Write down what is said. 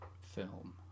film